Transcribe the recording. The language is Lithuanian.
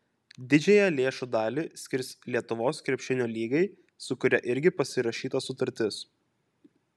didžiąją lėšų dalį skirs lietuvos krepšinio lygai su kuria irgi pasirašyta sutartis